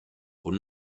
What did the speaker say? con